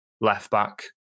left-back